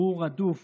הוא רדוף